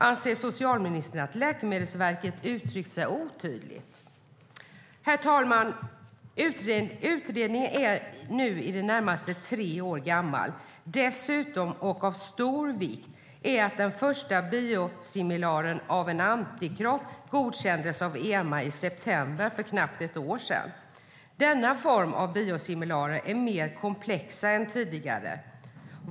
Anser socialministern att Läkemedelsverket har uttryckt sig otydligt? Herr talman! Utredningen är nu närmare tre år gammal. Dessutom, vilket är av stor vikt, godkändes den första biosimilaren av en antikropp av EMA i september för knappt ett år sedan. Denna form av biosimilarer är mer komplexa än de tidigare.